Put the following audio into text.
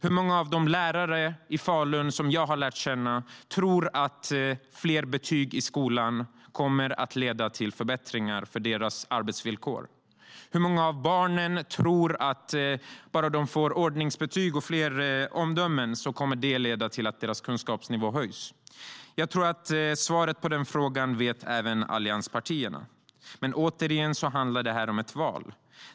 Hur många av de lärare i Falun som jag har lärt känna tror att fler betyg i skolan kommer att leda till förbättringar av deras arbetsvillkor? Hur många barn tror att deras kunskapsnivå kommer att höjas om de bara får ordningsbetyg och fler omdömen? Jag tror att även allianspartierna vet svaren på de frågorna. Detta handlar återigen om ett val.